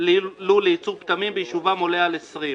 לול לייצור פטמים ביישובם עולה על 20,